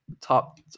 top